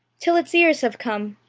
till its ears have come,